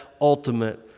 ultimate